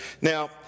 now